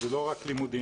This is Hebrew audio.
זה לא רק לימודים.